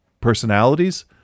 personalities